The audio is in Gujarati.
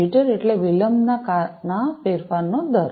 જીટર એટલે વિલંબના ફેરફારનો દર